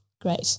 Great